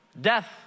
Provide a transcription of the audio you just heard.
Death